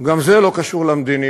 גם זה לא קשור למדיניות.